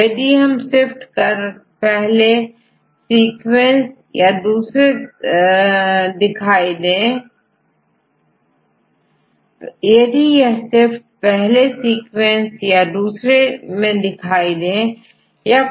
यदि यह स्विफ्ट पहले सीक्वेंस या दूसरे दिखाई दे या कुछ एलाइन सीक्वेंस दिखाई दे जो लोकल एलाइनमेंट हो सकता है